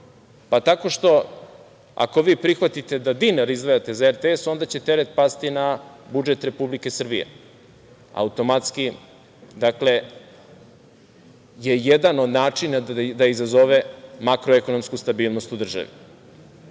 Tako što ako vi prihvatite da dinar izdvajate za RTS, onda će teret pasti na budžet Republike Srbije. Automatski je jedan od načina da izazove makroekonomsku stabilnost u državi. Što